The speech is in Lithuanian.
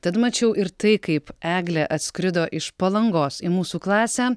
tad mačiau ir tai kaip eglė atskrido iš palangos į mūsų klasę